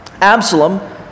Absalom